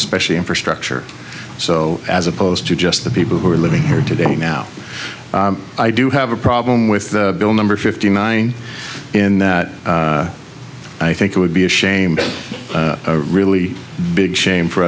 especially infrastructure so as opposed to just the people who are living here today now i do have a problem with the bill number fifty nine in that i think it would be ashamed really big shame for